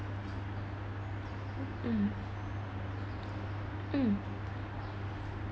mm mm